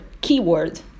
keyword